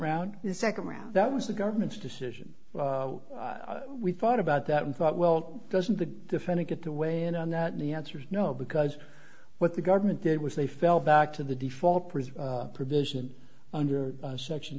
round the second round that was the government's decision we thought about that and thought well doesn't the defendant get to weigh in on that the answer is no because what the government did was they fell back to the default provision under section